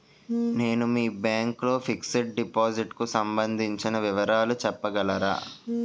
నేను మీ బ్యాంక్ లో ఫిక్సడ్ డెపోసిట్ కు సంబందించిన వివరాలు చెప్పగలరా?